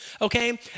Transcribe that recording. okay